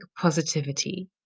positivity